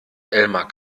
elmar